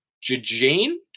Jane